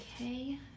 Okay